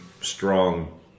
strong